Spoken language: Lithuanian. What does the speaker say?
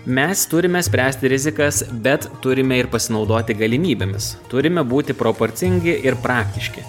mes turime spręsti rizikas bet turime ir pasinaudoti galimybėmis turime būti proporcingi ir praktiški